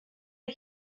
out